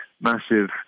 massive